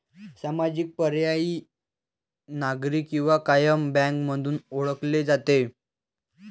सामाजिक, पर्यायी, नागरी किंवा कायम बँक म्हणून ओळखले जाते